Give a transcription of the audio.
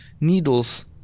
needles